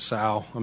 Sal